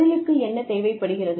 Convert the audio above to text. தொழிலுக்கு என்ன தேவைப்படுகிறது